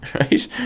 right